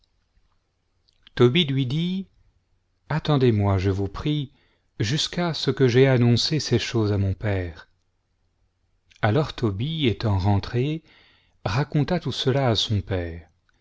tobie lui dit attendez-moi je vous prie jusqu'à ce que j'aie annoncé ces choses à mon père alors tobie étant rentré raconta tout cela à son père